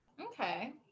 Okay